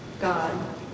God